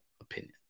opinion